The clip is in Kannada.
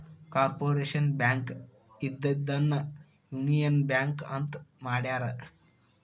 ಕಾರ್ಪೊರೇಷನ್ ಬ್ಯಾಂಕ್ ಇದ್ದಿದ್ದನ್ನ ಯೂನಿಯನ್ ಬ್ಯಾಂಕ್ ಅಂತ ಮಾಡ್ಯಾರ